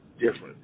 different